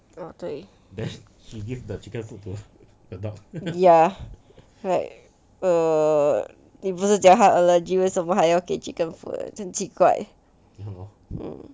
oh 对 ya right err err 你不是讲它 allergy 为什么还要给 chicken food 真奇怪 mm